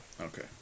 Okay